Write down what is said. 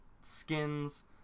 skins